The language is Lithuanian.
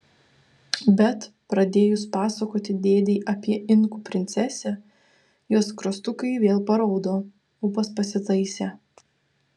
bet pradėjus pasakoti dėdei apie inkų princesę jos skruostukai vėl paraudo ūpas pasitaisė